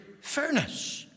furnace